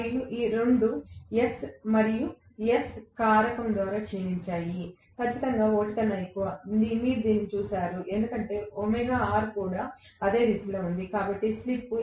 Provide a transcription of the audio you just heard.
మరియు రెండూ s మరియు s కారకం ద్వారా క్షీణించాయి ఖచ్చితంగా 1 కన్నా తక్కువ మీరు దీనిని చూశారు ఎందుకంటే ωr కూడా అదే దిశలో ఉంది కాబట్టి స్లిప్